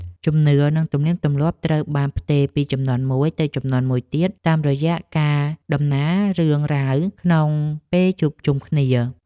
ជំនឿនិងទំនៀមទម្លាប់ត្រូវបានផ្ទេរពីជំនាន់មួយទៅជំនាន់មួយទៀតតាមរយៈការតំណាលរឿងរ៉ាវក្នុងពេលជួបជុំគ្នា។